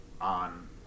on